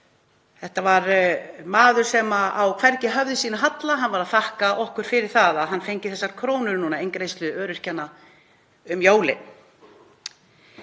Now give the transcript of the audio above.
Þetta var maður sem á hvergi höfði sínu að halla. Hann var að þakka okkur fyrir það að hann fengi þessar krónur núna, eingreiðslu öryrkjanna, um jólin.